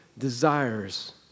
Desires